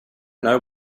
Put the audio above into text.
know